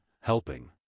Helping